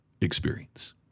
experience